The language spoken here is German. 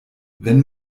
wenn